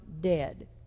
dead